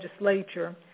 legislature